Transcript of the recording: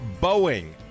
boeing